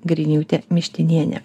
griniūtė mištinienė